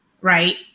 right